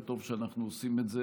וטוב שאנחנו עושים את זה,